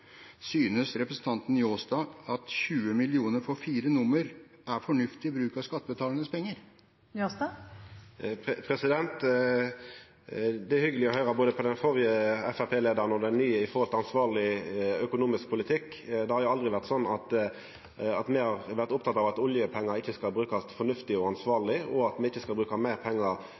Synes representanten Njåstad at 20 mill. kr for fire nummer er fornuftig bruk av skattebetalernes penger? Det er hyggeleg å høyra på både den førre og den noverande Framstegsparti-leiaren når det gjeld ansvarleg økonomisk politikk. Me har alltid vore opptekne av at oljepengane skal brukast fornuftig og ansvarleg, og av at me ikkje skal bruka meir pengar